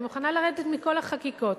אני מוכנה לרדת מכל החקיקות.